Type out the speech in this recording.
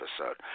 episode